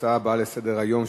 הצעות לסדר-היום,